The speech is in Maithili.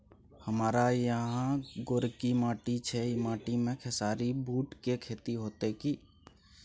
हमारा यहाँ गोरकी माटी छै ई माटी में खेसारी, बूट के खेती हौते की?